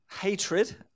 hatred